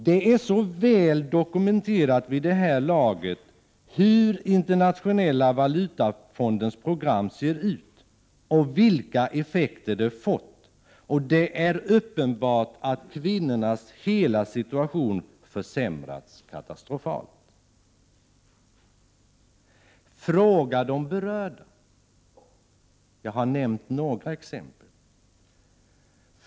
Det är så väl dokumenterat vid det här laget hur IMF:s program ser ut och vilka effekter de fått, och det är uppenbart att kvinnornas hela situation försämrats katastrofalt. Fråga de berörda! Jag har nämnt några exempel.